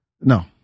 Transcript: No